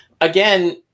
again